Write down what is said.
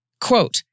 quote